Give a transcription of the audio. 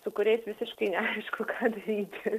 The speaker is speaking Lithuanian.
su kuriais visiškai neaišku ką daryti